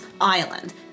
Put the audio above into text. island